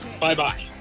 Bye-bye